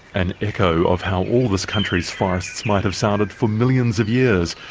an echo of how all this country's forests might have sounded for millions of years,